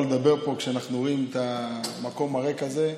לדבר פה כשאנחנו רואים את המקום הריק הזה.